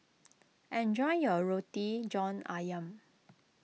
enjoy your Roti John Ayam